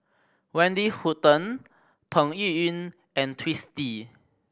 Wendy Hutton Peng Yuyun and Twisstii